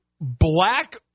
black